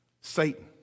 Satan